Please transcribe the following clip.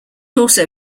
also